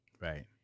Right